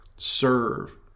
serve